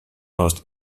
most